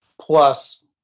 plus